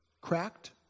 Cracked